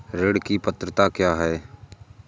ऋण की पात्रता क्या है?